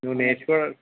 నువ్వు నేర్చుకోవాలి